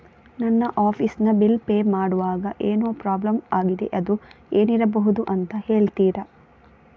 ನನ್ನ ಆಫೀಸ್ ನ bill pay ಮಾಡ್ವಾಗ ಏನೋ ಪ್ರಾಬ್ಲಮ್ ಆಗಿದೆ ಅದು ಏನಿರಬಹುದು ಅಂತ ಹೇಳ್ತೀರಾ?